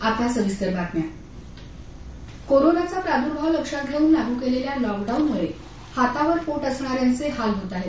गरिवांसाठी package कोरोनाचा प्रादुर्भाव लक्षात घेऊन लागू केलेल्या लॉकडाउनमुळे हातावर पोट असणाऱ्यांचे हाल होत आहेत